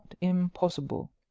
impossible